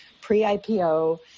pre-IPO